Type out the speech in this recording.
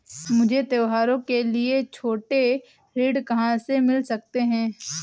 मुझे त्योहारों के लिए छोटे ऋण कहाँ से मिल सकते हैं?